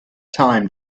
time